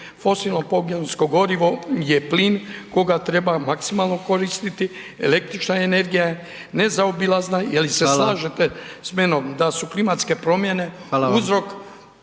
Fosilno pogonsko gorivo je plin koga treba maksimalno koristiti, električna energija je nezaobilazna, je li se slažete s menom da su klimatske promjene uzrok